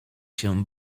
się